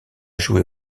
joué